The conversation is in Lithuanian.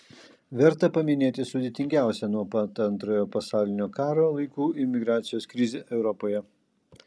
verta paminėti sudėtingiausią nuo pat antrojo pasaulinio karo laikų imigracijos krizę europoje